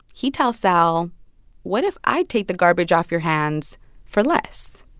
he tells sal what if i take the garbage off your hands for less?